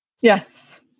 Yes